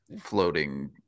floating